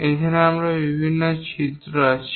এখানে আমরা বিভিন্ন ছিদ্র আছে